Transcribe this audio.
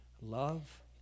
love